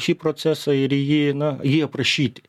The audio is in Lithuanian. šį procesą ir jį na jį aprašyti